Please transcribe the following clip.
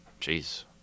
Jeez